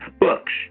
books